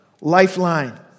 lifeline